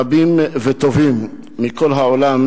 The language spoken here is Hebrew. רבים וטובים מכל העולם